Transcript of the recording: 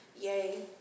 yay